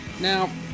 Now